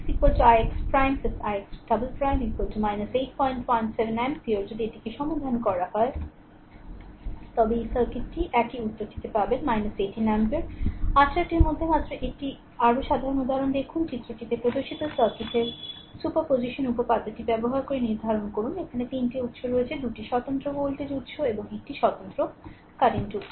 সুতরাং ix ix ' ix' ' 8 17 এম্পিয়ারে যদি এটিকে সমাধান করা হয় তবে এই সার্কিটটি একই উত্তরটি পাবেন 18 এম্পিয়ারের 18 টির মধ্যে মাত্র একটি আরও সাধারণ উদাহরণ দেখুন চিত্রটিতে প্রদর্শিত সার্কিটের সুপারপজিশন উপপাদ্যটি ব্যবহার করে নির্ধারণ করুন এখানে 3 উত্স রয়েছে 2 স্বতন্ত্র ভোল্টেজ উৎস একটি স্বতন্ত্র কারেন্ট উত্স